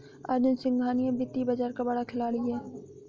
अर्जुन सिंघानिया वित्तीय बाजार का बड़ा खिलाड़ी है